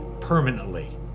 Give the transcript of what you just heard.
permanently